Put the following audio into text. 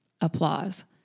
Applause